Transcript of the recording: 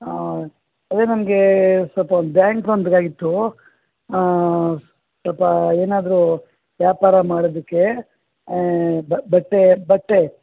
ಹಾಂ ಅದೇ ನಮ್ಗೆ ಸ್ವಲ್ಪ ಬ್ಯಾಂಕ್ ಲೋನ್ ಬೇಕಾಗಿತ್ತು ಸ್ವಲ್ಪ ಏನಾದರೂ ವ್ಯಾಪಾರ ಮಾಡದಕ್ಕೆ ಬ ಬಟ್ಟೆ ಬಟ್ಟೆ